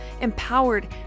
empowered